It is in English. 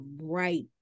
right